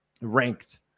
ranked